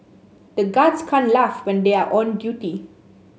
the guards can't laugh when they are on duty